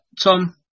Tom